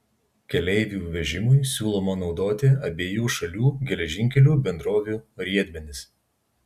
keleivių vežimui siūloma naudoti abiejų šalių geležinkelių bendrovių riedmenis